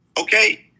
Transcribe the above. Okay